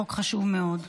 חוק חשוב מאוד.